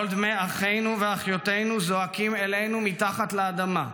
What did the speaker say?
קול דמי אחינו ואחיותינו זועקים אלינו מתחת לאדמה,